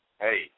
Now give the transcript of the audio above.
hey